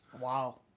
Wow